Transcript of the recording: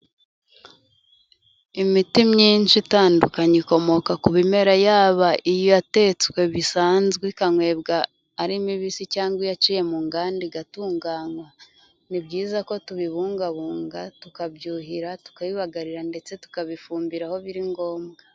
Imiti myinshi itandukanye ikomoka ku bimera yaba iyatetswe bisanzwe ikanywebwa ari mibisi cyangwa iyaciye mu nganda igatunganywa, ni byiza ko tubibungabunga, tukabyuhira, tukabibagarira ndetse tukabifumbi aho biri ngombwa.